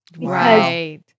Right